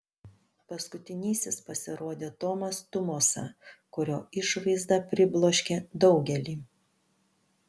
paskutinysis pasirodė tomas tumosa kurio išvaizda pribloškė daugelį